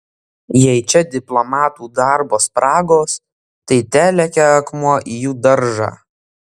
jei čia diplomatų darbo spragos tai telekia akmuo į jų daržą